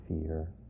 fear